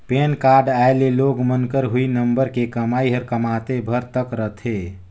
PAN card आए ले लोग मन क हुई नंबर के कमाई हर कमातेय भर तक रथे